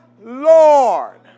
Lord